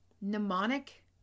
mnemonic